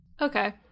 okay